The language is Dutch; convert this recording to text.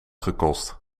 gekost